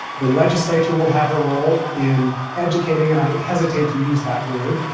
the legislature will have a role in educating, and i hesitate to use that word,